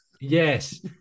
Yes